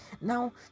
Now